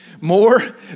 more